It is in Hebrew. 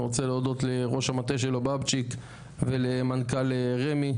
אני רוצה להודות לראש המטה שלו בבציק ולמנכ"ל רמ"י,